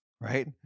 right